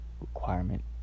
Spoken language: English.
requirement